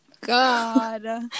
God